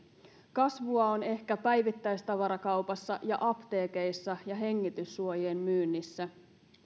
kasvua on ehkä päivittäistavarakaupassa ja apteekeissa ja hengityssuojien myynnissä